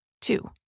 Two